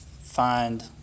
find